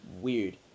weird